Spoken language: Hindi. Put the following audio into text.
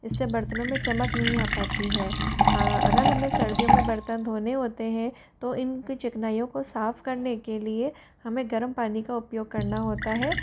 इससे बर्तनों में चमक नहीं आ पाती है अगर हमें सर्दियों में बर्तन धोने होते हैं तो इनकी चिकनाईयों को साफ़ करने के लिए हमें गर्म पानी का उपयोग करना होता है